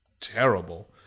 terrible